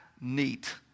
neat